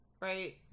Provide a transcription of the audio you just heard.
right